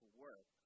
work